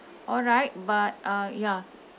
alright but uh ya